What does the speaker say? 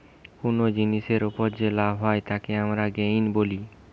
কুনো জিনিসের উপর যে লাভ হয় তাকে আমরা গেইন বলি